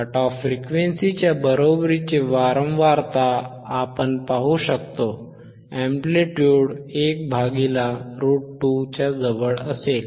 cut off फ्रिक्वेन्सीच्या बरोबरीची वारंवारता आपण पाहू शकू एंडप्लिट्युड A √2च्या जवळ असेल